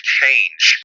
change